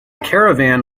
caravan